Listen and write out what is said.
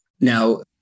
Now